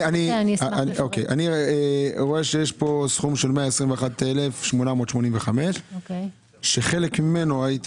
אני רואה שיש כאן סכום בסך 121,885 כאשר חלק ממנו הייתי